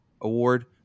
award